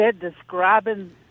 describing